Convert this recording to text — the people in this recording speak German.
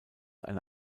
eine